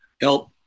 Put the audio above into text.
help